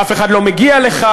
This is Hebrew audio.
אף אחד לא מגיע לכאן,